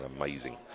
amazing